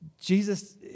Jesus